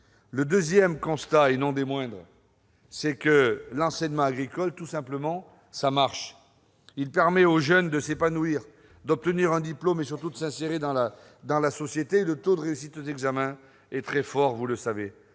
Deuxième constat, et non des moindres, l'enseignement agricole, ça marche ! Il permet aux jeunes de s'épanouir, d'obtenir un diplôme et, surtout, de s'insérer dans la société. Le taux de réussite aux examens est très élevé, vous le savez.